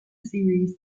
series